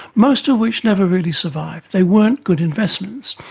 most of which never really survived. they weren't good investments.